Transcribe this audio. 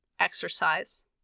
exercise